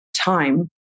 time